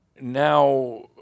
now